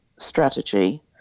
strategy